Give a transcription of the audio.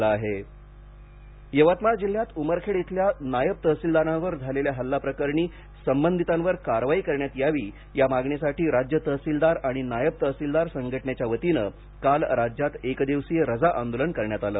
तहसीलदार हल्ला आंदोलन यवतमाळ जिल्ह्यात उमरखेड इथल्या नायब तहसीलदारांवर झालेल्या हल्ला प्रकरणी सबंधितावर कारवाई करण्यात यावी या मागणीसाठी राज्य तहसीलदार आणि नायब तहसीलदार संघटनेच्या वतीनं काल राज्यात एकदिवसीय रजा आंदोलन करण्यात आलं